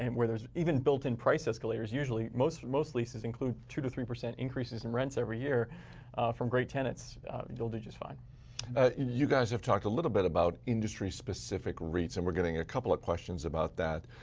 and where there's even built in price escalators, usually most most leases include two percent to three percent increases in rents every year from great tenants you'll do just fine. hill you guys have talked a little bit about industry-specific reits. and we're getting a couple of questions about that.